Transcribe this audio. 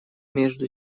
между